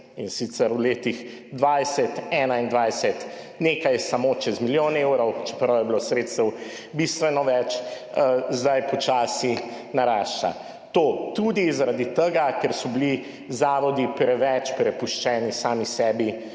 in sicer v letih 2020, 2021 nekaj samo čez milijon evrov, čeprav je bilo sredstev bistveno več, zdaj počasi narašča. To, tudi zaradi tega, ker so bili zavodi preveč prepuščeni sami sebi